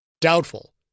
Doubtful